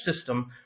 system